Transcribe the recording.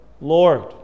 Lord